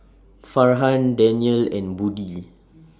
Farhan Danial and Budi